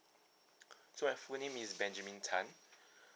so my full name is benjamin tan